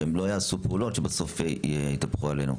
והם לא יעשו פעולות שבסוף יתהפכו עלינו.